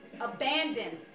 abandoned